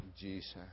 Jesus